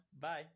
Bye